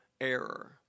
error